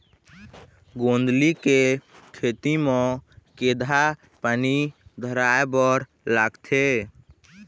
गोंदली के खेती म केघा पानी धराए बर लागथे?